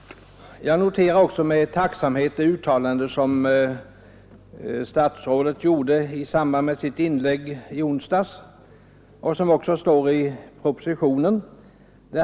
Jag noterar med tacksamhet det uttalande som statsrådet gjorde i sitt inledningsanförande i onsdags och som även gjorts i propositionen.